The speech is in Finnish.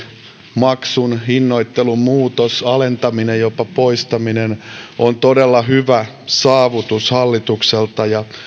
maksun hinnoittelun muutos alentaminen ja jopa poistaminen on todella hyvä saavutus hallitukselta ja